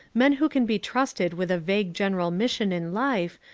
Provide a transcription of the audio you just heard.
men who can be trusted with a vague general mission in life,